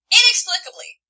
inexplicably